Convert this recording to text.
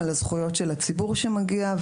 על זכויות הציבור שמגיע,